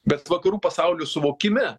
bet vakarų pasaulio suvokime